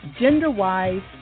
gender-wise